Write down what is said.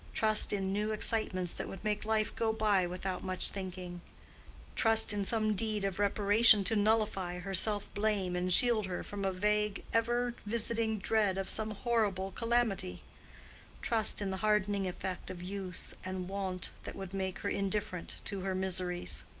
trust in new excitements that would make life go by without much thinking trust in some deed of reparation to nullify her self-blame and shield her from a vague, ever-visiting dread of some horrible calamity trust in the hardening effect of use and wont that would make her indifferent to her miseries.